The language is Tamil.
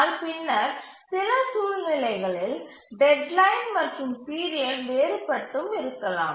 ஆனால் பின்னர் சில சூழ்நிலைகளில் டெட்லைன் மற்றும் பீரியட் வேறுபட்டும் இருக்கலாம்